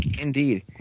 Indeed